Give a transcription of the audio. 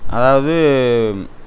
அதாவது